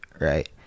right